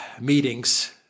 meetings